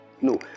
No